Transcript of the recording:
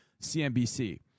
CNBC